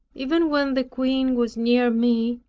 even when the queen was near me,